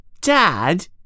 Dad